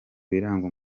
biranga